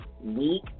week